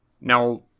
now